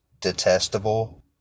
detestable